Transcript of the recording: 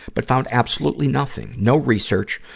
but found absolutely nothing. no research,